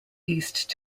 east